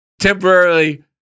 temporarily